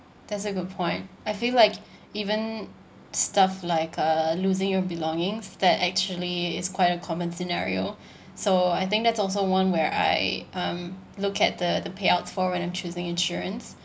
that's a good point I feel like even stuff like uh losing your belongings that actually is quite a common scenario so I think that's also one where I um look at the the payouts for I'm choosing insurance